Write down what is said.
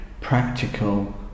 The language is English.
practical